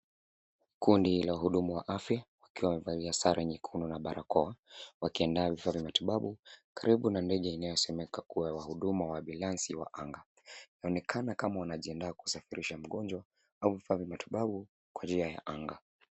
Kundi la wahudumu wa afya wakiwa wamevalia sare nyekundu na barakoa wakiandaa kufanya shughuli za matibabu karibu na ndege inayosomeka kuwa ya huduma wa ambulansi wa anga. Inaonekana kama wanajiandaa kusafirisha mgonjwa au kufanya matibabu kwa njia ya anga.